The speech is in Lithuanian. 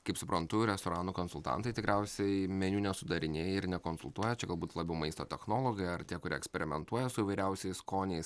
kaip suprantu restoranų konsultantai tikriausiai meniu nesudarinėja ir nekonsultuoja čia galbūt labiau maisto technologai ar tie kurie eksperimentuoja su įvairiausiais skoniais